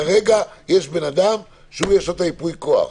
כרגע יש בן אדם שיש לו את הייפוי כוח.